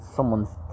Someone's